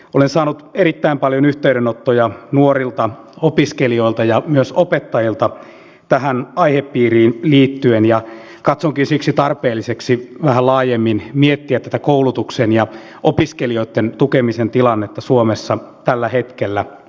olen saanut erittäin paljon yhteydenottoja nuorilta opiskelijoilta ja myös opettajilta tähän aihepiiriin liittyen ja katsonkin siksi tarpeelliseksi vähän laajemmin miettiä tätä koulutuksen ja opiskelijoitten tukemisen tilannetta suomessa tällä hetkellä